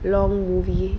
long movie